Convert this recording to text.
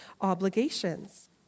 obligations